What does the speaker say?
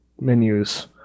menus